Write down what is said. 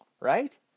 right